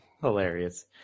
Hilarious